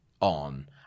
on